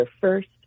first